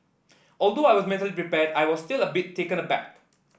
although I was mentally prepared I was still a bit taken aback